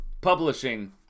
Publishing